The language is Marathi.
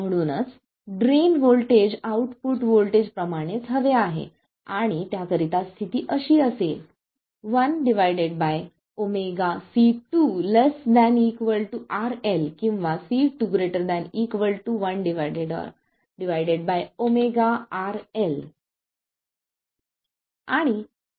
म्हणूनच ड्रेन व्होल्टेज आउटपुट व्होल्टेज प्रमाणेच हवे आहे आणि त्याकरिता स्थिती अशी असेल 1 ω C2 ≤ किंवा C2 ≥ 1 ω